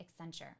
Accenture